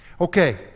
Okay